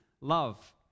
love